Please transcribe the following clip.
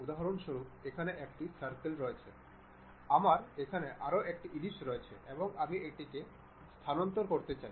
উদাহরণস্বরূপ এখানে একটি সার্কেল রয়েছে আমার এখানে আরও একটি এলিপ্স রয়েছে এবং আমি এইটিকে স্থানান্তর করতে চাই